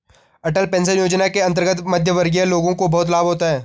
अटल pension योजना के अंतर्गत मध्यमवर्गीय लोगों को बहुत लाभ होता है